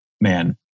man